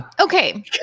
Okay